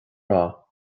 rath